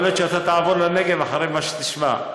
יכול להיות שאתה תעבור לנגב אחרי מה שתשמע.